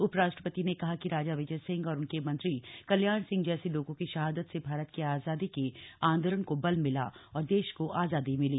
उपराष्ट्रपति ने कहा कि राजा विजय सिंह और उनके मंत्री कल्याण सिंह जैसे लोगों की शहादत से भारत की आजादी के आंदोलन को बल मिला और देश को आजादी मिली